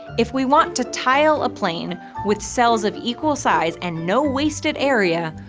if we want to tile a plane with cells of equal size and no wasted area,